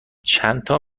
چندتا